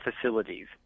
facilities